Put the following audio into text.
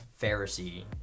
pharisee